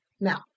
Now